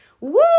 Woo